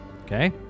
okay